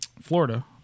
Florida